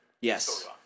Yes